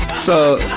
so,